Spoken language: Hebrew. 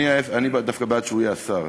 אני דווקא בעד שהוא יהיה השר.